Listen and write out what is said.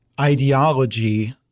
ideology